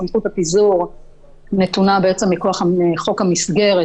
סמכות הפיזור נתונה כוח חוק המסגרת